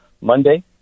Monday